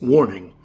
Warning